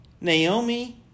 Naomi